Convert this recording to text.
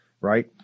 right